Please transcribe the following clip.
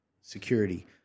security